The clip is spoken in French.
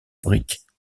briques